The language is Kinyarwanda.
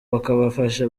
bakabafasha